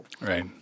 Right